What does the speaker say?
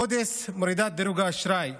מודי'ס מורידה את דירוג האשראי,